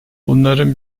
bunların